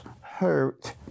hurt